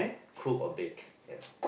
cook or bake at